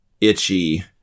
Itchy